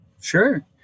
Sure